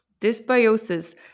Dysbiosis